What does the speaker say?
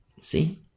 See